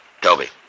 Toby